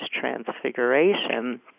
transfiguration